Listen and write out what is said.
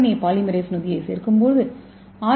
ஏ polymerase நொதியைச் சேர்க்கும்போது R